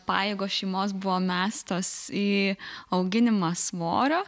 pajėgos šeimos buvo mestos į auginimą svorio